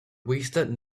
wasted